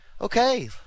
okay